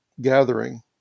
gathering